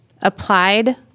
applied